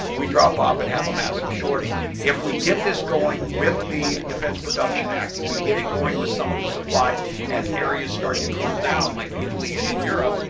we drop off and have a massive shortage. if we get this going with the defense production act, if we get it going with some of the supplies as areas start to cool document, like italy and in europe,